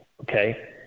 okay